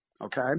okay